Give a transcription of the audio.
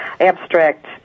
abstract